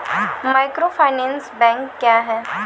Microfinance bank क्या हैं?